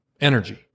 energy